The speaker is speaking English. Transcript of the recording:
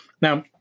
Now